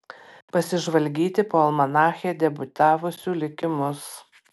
pasižvalgyti po almanache debiutavusių likimus